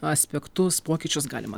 aspektus pokyčius galima